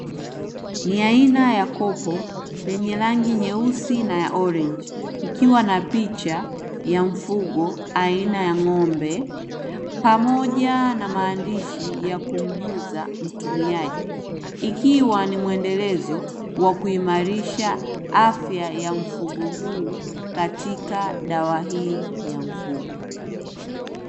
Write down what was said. Niaina ya kopo zenye rangi nyeusi na ya orange ikiwa na picha ya mfungo aina ya ng'ombe, pamoja na maandishi ya kumjuza mtumiaji ikiwa ni mwendelezo wa kuimarisha afya ya mfugo huu katika dawa hii ya mfugo.